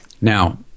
Now